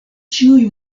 ĉiuj